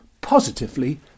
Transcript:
positively